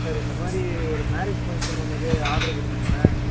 sir இந்த மாதிரி ஒரு மேரேஜ் பங்க்ஷன் ஒன்றுக்கு ஆர்டர் கொடுக்கணுங்க